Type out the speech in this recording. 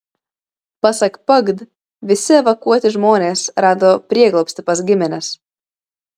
pasak pagd visi evakuoti žmonės rado prieglobstį pas gimines